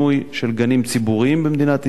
של גנים ציבוריים במדינת ישראל.